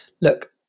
look